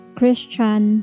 Christian